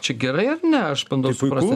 čia gerai ar ne aš bandau suprasti